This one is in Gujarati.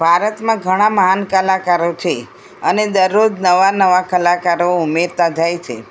ભારતમાં ઘણાં મહાન કલાકારો છે અને દરરોજ નવા નવા કલાકારો ઉમેરતા જાય છે